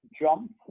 jump